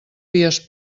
vies